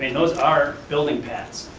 those are building pats.